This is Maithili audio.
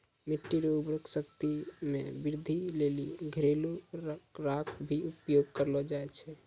मिट्टी रो उर्वरा शक्ति मे वृद्धि लेली घरेलू राख भी उपयोग करलो जाय छै